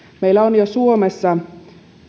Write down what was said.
meillä on jo suomessa